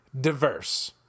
diverse